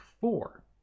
Four